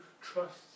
trust